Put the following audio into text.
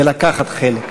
בלקחת חלק.